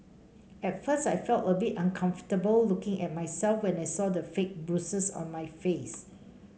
at first I felt a bit uncomfortable looking at myself when I saw the fake bruises on my face